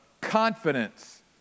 confidence